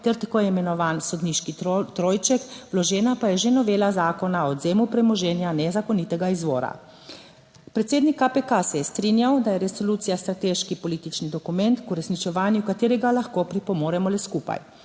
ter tako imenovani sodniški trojček, vložena pa je že novela zakona o odvzemu premoženja nezakonitega izvora. Predsednik KPK se je strinjal, da je resolucija strateški politični dokument k uresničevanju katerega lahko pripomoremo le skupaj.